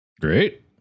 Great